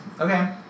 Okay